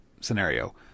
scenario